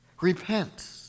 repent